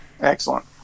Excellent